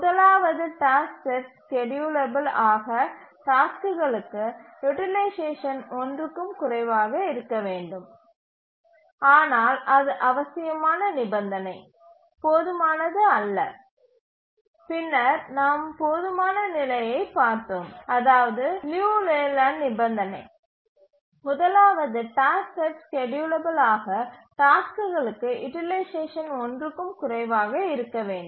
முதலாவது task set schedulable ஆக டாஸ்க்குகளுக்கு யூட்டிலைசேஷன் 1 க்கும் குறைவாக இருக்க வேண்டும்